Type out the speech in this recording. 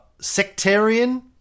sectarian